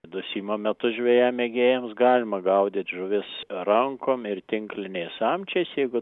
dusimo metu žvejam mėgėjams galima gaudyt žuvis rankom ir tinkliniais samčiais jeigu